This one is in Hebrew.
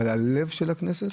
אבל הלב של הכנסת